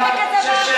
הצדק הזה בא